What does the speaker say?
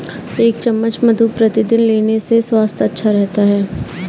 एक चम्मच मधु प्रतिदिन लेने से स्वास्थ्य अच्छा रहता है